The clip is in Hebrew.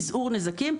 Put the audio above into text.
מזעור נזקים,